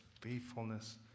faithfulness